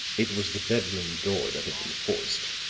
it was the bedroom door that had been forced